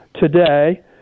today